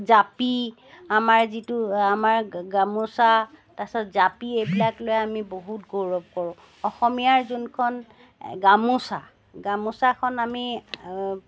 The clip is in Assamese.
জাপি আমাৰ যিটো আমাৰ গামোচা তাৰপিছত জাপি এইবিলাক লৈ আমি বহুত গৌৰৱ কৰোঁ অসমীয়াৰ যোনখন গামোচা গামোচাখন আমি